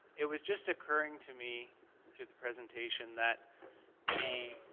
it was just occurring to me through the presentation that the,